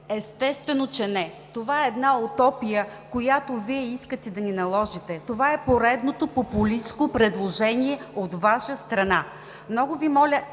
Естествено, че не! Това е една утопия, която Вие искате да ни наложите, това е поредното популистко предложение от Ваша страна. Много Ви моля,